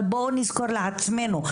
אבל בואו נזכור לעצמנו,